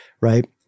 right